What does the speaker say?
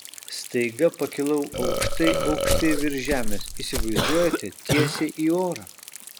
staiga pakilau aukštai aukštai virš žemės įsivaizduojate tiesiai į orą